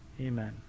amen